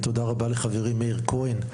תודה רבה לחברי, מאיר כהן,